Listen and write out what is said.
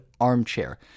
armchair